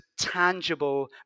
tangible